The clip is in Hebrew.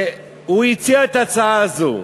הציע את ההצעה הזאת,